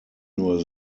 nur